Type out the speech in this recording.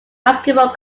basketball